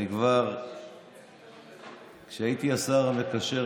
כבר כשהייתי השר המקשר,